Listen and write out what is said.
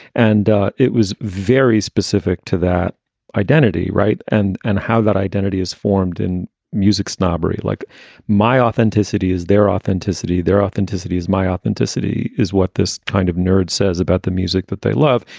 and it was very specific to that identity. right. and and how that identity is formed in music snobbery. like my authenticity is their authenticity. their authenticity is my authenticity is what this kind of nerd says about the music that they love,